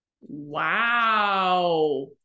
Wow